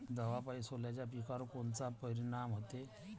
दवापायी सोल्याच्या पिकावर कोनचा परिनाम व्हते?